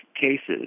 cases